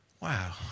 Wow